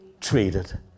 treated